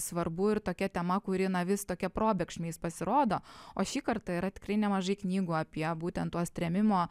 svarbu ir tokia tema kuri vis tokia probėgšmiais pasirodo o šį kartą yra tikrai nemažai knygų apie būtent tuos trėmimo